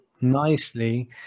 nicely